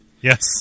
Yes